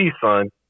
son